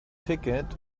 ticket